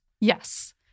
Yes